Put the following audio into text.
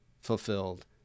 fulfilled